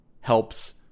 helps